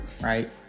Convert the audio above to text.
right